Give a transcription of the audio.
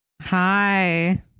hi